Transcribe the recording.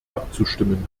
abzustimmen